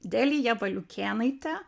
delija valiukėnaitė